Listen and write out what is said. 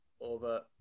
over